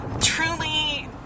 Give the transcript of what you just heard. truly